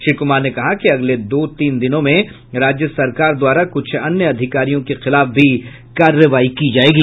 श्री कुमार ने कहा कि अगले दो तीन दिनों में राज्य सरकार द्वारा कुछ अन्य अधिकारियों के खिलाफ भी कार्रवाई की जायेगी